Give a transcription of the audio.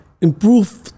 improve